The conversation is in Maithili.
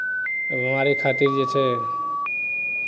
ओहि बेमारी खातिर जे छै